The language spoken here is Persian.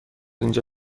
اینجا